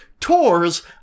Tours